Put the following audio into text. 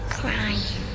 crying